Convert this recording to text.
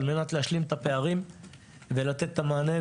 על מנת להשלים את הפערים ולתת את המענה.